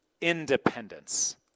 independence